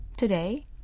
Today